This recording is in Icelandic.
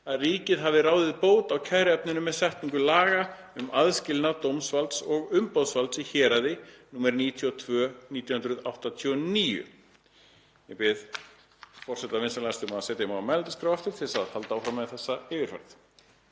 að ríkið hafi ráðið bót á kæruefninu með setningu laga um aðskilnað dómsvalds og umboðsvalds í héraði, nr. 92/1989.“ Ég bið forseta vinsamlegast um að setja mig á mælendaskrá aftur til að halda áfram með þessa yfirferð.